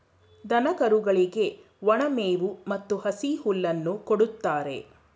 ದನ ಕರುಗಳಿಗೆ ಒಣ ಮೇವು ಮತ್ತು ಹಸಿ ಹುಲ್ಲನ್ನು ಕೊಡುತ್ತಾರೆ